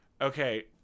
Okay